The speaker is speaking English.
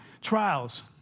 Trials